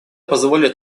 позволит